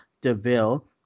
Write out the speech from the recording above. Deville